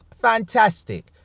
Fantastic